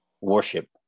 worship